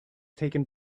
taken